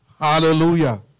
Hallelujah